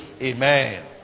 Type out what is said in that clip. Amen